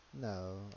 No